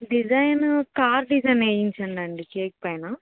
design car design వేయించండి cake పైన